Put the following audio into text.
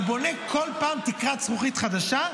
הוא בונה בכל פעם תקרת זכוכית חדשה,